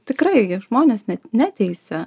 tikrai gi žmonės net neteisia